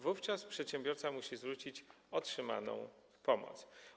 Wówczas przedsiębiorca musi zwrócić otrzymaną pomoc.